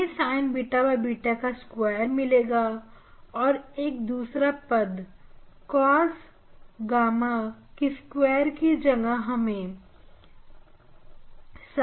हमें Sin beta beta का square मिलेगा और और एक दूसरा पद Cos gamma के स्क्वायर की जगह मिलेगा